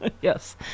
Yes